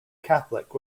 catholic